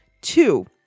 Two